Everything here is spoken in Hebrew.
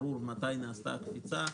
ברור מתי נעשתה הקפיצה,